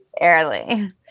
Early